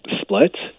split